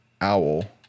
owl